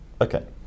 Okay